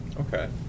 Okay